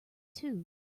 too